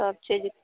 सबचीज